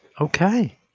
Okay